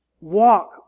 walk